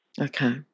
Okay